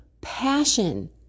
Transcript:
passion